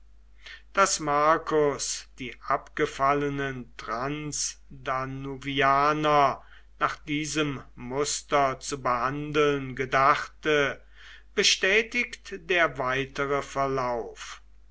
daß marcus die abgefallenen transdanuvianer nach diesem muster zu behandeln gedachte bestätigt der weitere verlauf